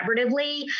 collaboratively